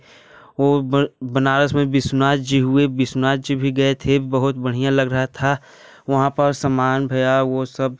वह बनारस में विश्वनाथ जी हुए विश्वनाथ जी भी गए थे बहुत बढ़िया लग रहा था वहाँ पर सामान हुआ वह सब